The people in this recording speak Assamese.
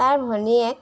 তাৰ ভনীয়েক